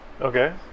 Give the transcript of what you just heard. Okay